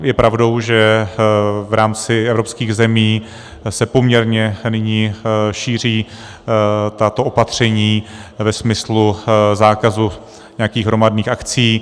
Je pravdou, že v rámci evropských zemí se poměrně nyní šíří tato opatření ve smyslu zákazu nějakých hromadných akcí.